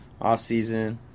offseason